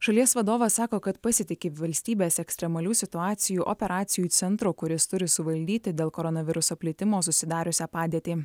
šalies vadovas sako kad pasitiki valstybės ekstremalių situacijų operacijų centru kuris turi suvaldyti dėl koronaviruso plitimo susidariusią padėtį